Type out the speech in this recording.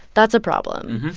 that's a problem.